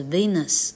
Venus